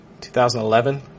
2011